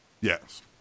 Yes